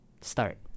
start